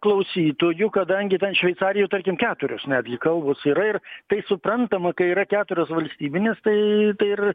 klausytoju kadangi šveicarijoj tarkim keturios netgi kalbos yra ir tai suprantama kai yra keturios valstybinės tai tai ir